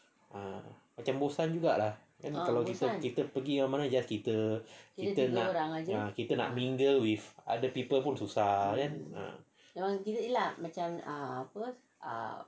um macam bosan juga lah kan kalau kita kita pergi mana-mana just kita kita nak mingle with other people pun susah kan